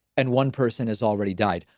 and one person has already died.